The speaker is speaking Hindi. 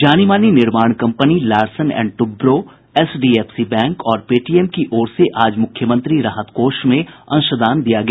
जानी मानी निर्माण कंपनी Larsen and Toubro HDFC bank और पेटीएम की ओर से आज मुख्यमंत्री राहत कोष में अंशदान दिया गया